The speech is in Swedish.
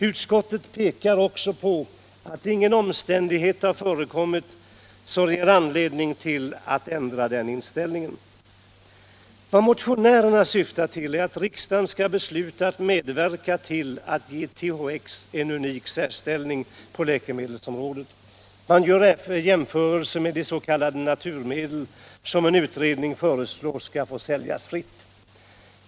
Utskottet pekar på att ingen omständighet har framkommit som ger anledning att ändra den inställningen. Vad motionärerna syftar till är att riksdagen skall besluta att medverka till att ge THX en unik ställning på läkemedelsområdet. Man gör jämförelse med de s.k. naturmedlen, som en utredning föreslår skall få säljas fritt.